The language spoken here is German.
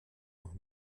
nach